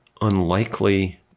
unlikely